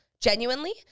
genuinely